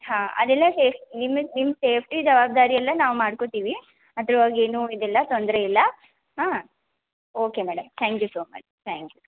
ಹಾಂ ಅದೆಲ್ಲ ಸೇಫ್ ನಿಮಗೆ ನಿಮ್ಮ ಸೇಫ್ಟಿ ಜವಾಬ್ದಾರಿ ಎಲ್ಲ ನಾವು ಮಾಡ್ಕೋತೀವಿ ಅದ್ರ ಬಗ್ಗೆ ಏನೂ ಇದು ಇಲ್ಲ ತೊಂದರೆ ಇಲ್ಲ ಹಾಂ okay madam thank you so much thank you